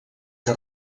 que